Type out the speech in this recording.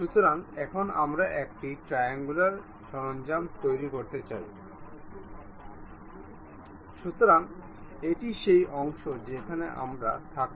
সুতরাং এখন আমরা উপাদানগুলি সন্নিবেশ করতে যাই আমরা এখানে কিছু অংশ লোড করব